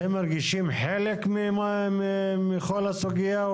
אתם מרגישים חלק מכל הסוגיה,